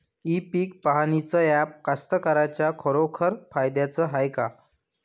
इ पीक पहानीचं ॲप कास्तकाराइच्या खरोखर फायद्याचं हाये का?